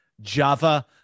java